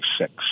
six